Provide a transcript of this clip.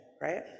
right